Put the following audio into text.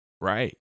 Right